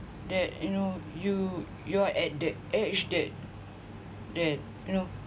that you know you you are at the edge that that you know